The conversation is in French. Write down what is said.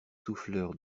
souffleurs